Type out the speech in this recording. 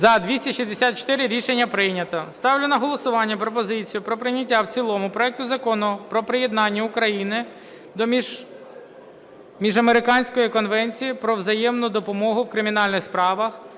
За-264 Рішення прийнято. Ставлю на голосування пропозицію про прийняття в цілому проекту Закону про приєднання України до Міжамериканської конвенції про взаємну допомогу в кримінальних справах